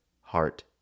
heart